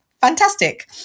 fantastic